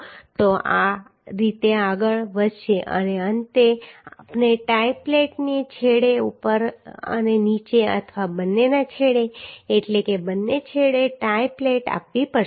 તો આ આ રીતે આગળ વધશે અને અંતે આપણે ટાઈ પ્લેટને છેડે ઉપર અને નીચે અથવા બંનેના છેડે એટલે કે બંને છેડે ટાઈ પ્લેટ આપવી પડશે